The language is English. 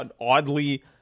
oddly